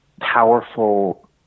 powerful